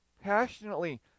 passionately